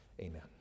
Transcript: amen